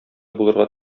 булырга